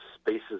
spaces